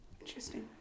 Interesting